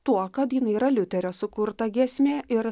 tuo kad jinai yra liuterio sukurta giesmė ir